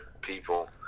people